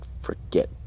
forget